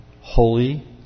holy